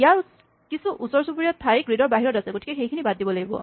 ইয়াৰ কিছু ওচৰ চুবুৰীয়া ঠাই গ্ৰীডৰ বাহিৰত আছে গতিকে সেইখিনি বাদ দিব লাগিব